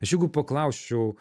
aš jeigu paklausčiau